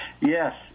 Yes